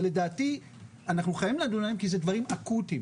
ולדעתי אנחנו חייבים לדון בהם כי זה דברים אקוטיים.